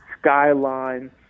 Skyline